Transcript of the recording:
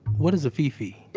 what is a fi-fi?